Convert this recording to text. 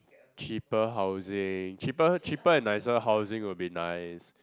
cheaper housing cheaper cheaper and nicer housing will be nice